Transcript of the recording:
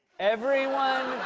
everyone